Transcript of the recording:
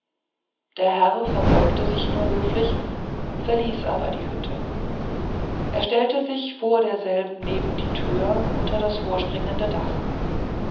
der herr verbeugte sich nur höflich verließ aber die hütte er stellte sich vor derselben neben die tür unter das vorspringende dach